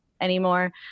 anymore